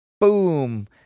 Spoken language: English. boom